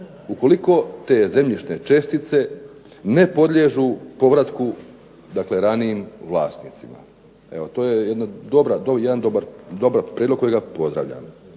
ukoliko te zemljišne čestice ne podliježu povratku, dakle ranijim vlasnicima. Evo to je jedan dobar prijedlog kojega pozdravljam.